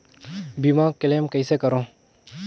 बीमा क्लेम कइसे करों?